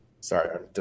Sorry